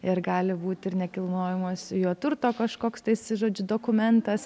ir gal būt ir nekilnojamas jo turto kažkoks tais žodžiu dokumentas